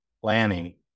planning